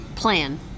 plan